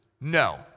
no